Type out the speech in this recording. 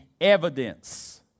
evidence